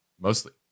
mostly